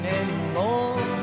anymore